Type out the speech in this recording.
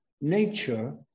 nature